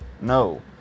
No